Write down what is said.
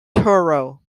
toro